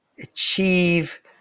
achieve